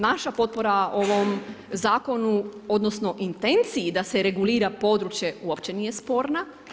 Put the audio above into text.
Naša potpora ovom zakonu, odnosno intenciji da se regulira područje uopće nije sporna.